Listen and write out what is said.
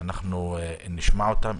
נשמע אותן.